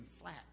flat